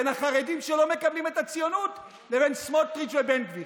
בין החרדים שלא מקבלים את הציונות לבין סמוטריץ' ובן גביר.